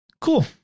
Cool